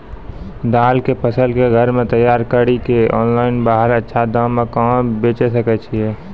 दाल के फसल के घर मे तैयार कड़ी के ऑनलाइन बाहर अच्छा दाम मे कहाँ बेचे सकय छियै?